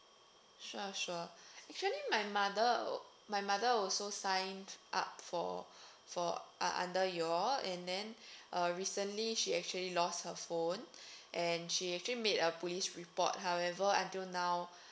sure sure actually my mother my mother also signed up for for uh under y'all and then uh recently she actually lost her phone and she actually made a police report however until now